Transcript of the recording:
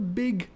big